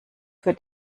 für